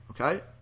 Okay